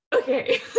okay